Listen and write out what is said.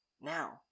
Now